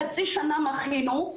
חצי שנה מחינו.